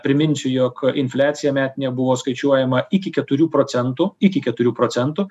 priminsiu jog infliacija metinė buvo skaičiuojama iki keturių procentų iki keturių procentų